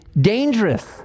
dangerous